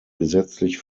gesetzlich